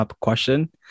question